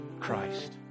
Christ